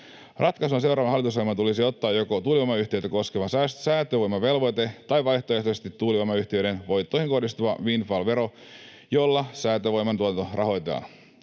Ratkaisuna seuraavaan hallitusohjelmaan tulisi ottaa joko tuulivoimayhtiöitä koskeva säätövoimavelvoite tai vaihtoehtoisesti tuulivoimayhtiöiden voittoihin kohdistuva windfall-vero, jolla säätövoiman tuotanto rahoitetaan.